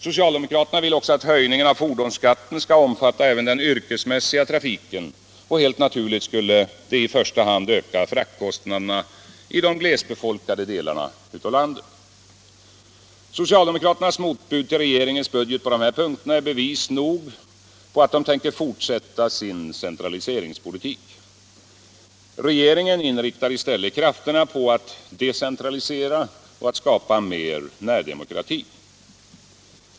Socialdemokraterna vill också att höjningen av fordonsskatten skall omfatta även den yrkesmässiga trafiken. Helt naturligt skulle det i första hand öka fraktkostnaderna i de glesbefolkade delarna av landet. Socialdemokraternas motbud till regeringens budget på dessa punkter är bevis nog på att de tänker fortsätta sin centraliseringspolitik. Regeringen inriktar i stället krafterna på att decentralisera och skapa mer närdemokrati.